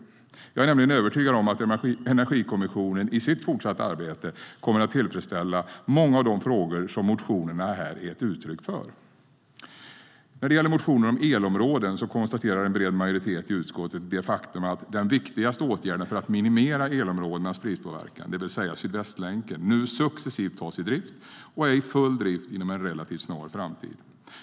Jag är nämligen övertygad om att Energikommissionens fortsatta arbete kommer att tillfredsställa de många frågor som motionerna är ett uttryck för. När det gäller motioner om elområden konstaterar en bred majoritet i utskottet det faktum att den viktigaste åtgärden för att minimera elområdenas prispåverkan, Sydvästlänken, nu successivt tas i drift och är i full drift inom en relativt snar framtid.